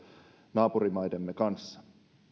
naapurimaidemme kanssa